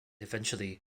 eventually